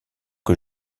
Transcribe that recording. que